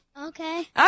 Okay